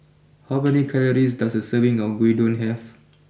how many calories does a serving of Gyudon have